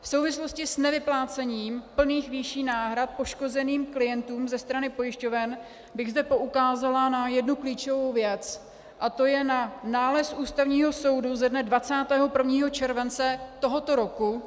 V souvislosti s nevyplácením plných výší náhrad poškozeným klientům ze strany pojišťoven bych zde poukázala na jednu klíčovou věc a to je na nález Ústavního soudu ze dne 21. července tohoto roku.